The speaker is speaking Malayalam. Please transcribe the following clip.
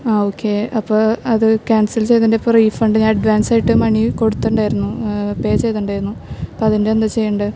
ആ ഓക്കേ അപ്പം അത് ക്യാൻസൽ ചെയ്തതിൻ്റെ റീഫണ്ട് അഡ്വാൻസ്സായിട്ട് മണി കൊട്ത്തിട്ടുണ്ടായിരുന്നു പേ ചെയ്തിട്ടുണ്ടായിരുന്നു അപ്പം അതിൻ്റെ എന്താ ചെയ്യേണ്ടത്